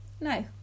no